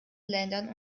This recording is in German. ländern